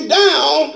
down